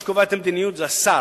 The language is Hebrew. מי שקובע את המדיניות זה השר,